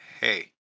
hey